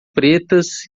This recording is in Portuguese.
pretas